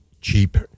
cheap